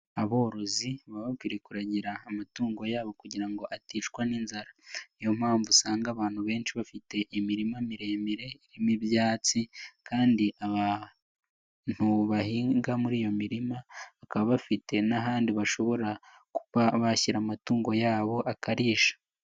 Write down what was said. Aborozi baba bakwiye kuragira amatungo yabo kugira ngo aticwa n'inzara, niyo mpamvu usanga abantu benshi bafite imirima miremire irimo ibyatsi kandi abantu bahinga muri iyo mirima bakaba bafite n'ahandi bashobora kuba bashyira amatungo yabo akarisha.